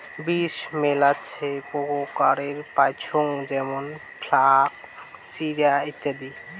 বীজ মেলাছেন প্রকারের পাইচুঙ যেমন ফ্লাক্স, চিয়া, ইত্যাদি